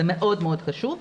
זה מאוד חשוב,